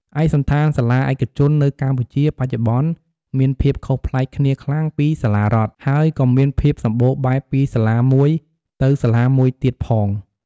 ឯកសណ្ឋានសាលាឯកជន នៅកម្ពុជាបច្ចុប្បន្នមានភាពខុសប្លែកគ្នាខ្លាំងពីសាលារដ្ឋ ហើយក៏មានភាពសម្បូរបែបពីសាលាមួយទៅសាលាមួយទៀតផង។